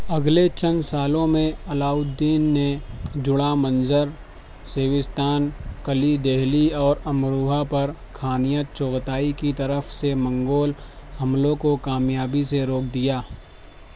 اگلے چند سالوں میں علاء الدین نے جڑاں منظر سیوستان کلی دلی اور امروہہ پر کھانیت چغتائی کی طرف سے منگول حملوں کو کامیابی سے روک دیا